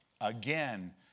Again